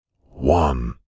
one